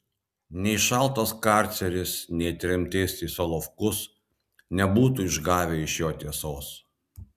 nei šaltas karceris nei tremtis į solovkus nebūtų išgavę iš jo tiesos